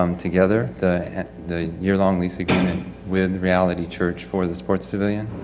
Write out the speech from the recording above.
um together. the the yearlong lease agreement with reality church for the sports pavilion.